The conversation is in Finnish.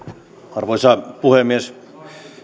arvoisa puhemies